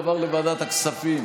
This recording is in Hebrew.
ותועבר לוועדת הכספים.